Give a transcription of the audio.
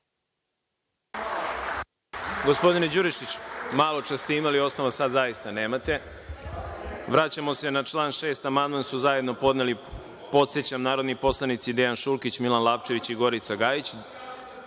Gospodine Đurišiću, maločas ste imali osnova, sada zaista nemate. Vraćamo se na član 6. Amandman su zajedno podneli, podsećam, narodni poslanici Dejan Šulkić, Milan Lapčević i Gorica Gajić.